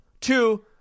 Two